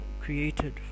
created